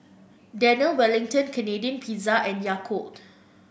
Daniel Wellington Canadian Pizza and Yakult